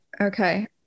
Okay